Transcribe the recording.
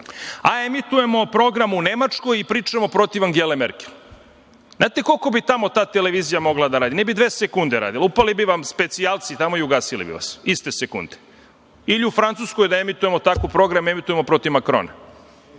a emitujemo program u Nemačkoj i pričamo protiv Angele Merkel. Znate, koliko bi tamo ta televizija mogla da radi, ne bi mogla dve sekunde da radi. Upali bi vam specijalci tamo i ugasili bi vas iste sekunde, ili u Francuskoj da emitujemo tako program da emitujemo protiv Makrona.